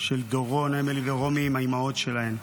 של דורון, אמילי ורומי עם האימהות שלהן.